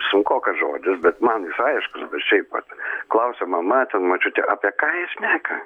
sunkokas žodis bet man jis aiškus bet šiaip vat klausiama matom močiutę apie ką jie šneka